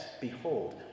Behold